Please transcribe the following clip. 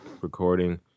recording